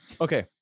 Okay